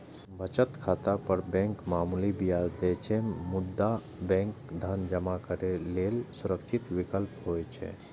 बचत खाता पर बैंक मामूली ब्याज दै छै, मुदा बैंक धन जमा करै लेल सुरक्षित विकल्प होइ छै